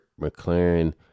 McLaren